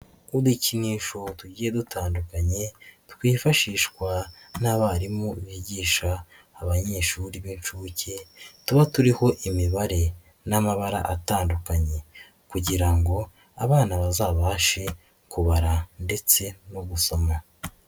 Udukinisho tugiye dutandukanye twifashishwa n'abarimu bigisha abanyeshuri b'inshuke, tuba turiho imibare n'amabara atandukanye kugira ngo abana bazabashe kubara ndetse no gusoma.